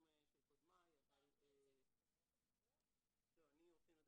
של קודמיי אבל -- אתה מייצג את חברות הביטוח?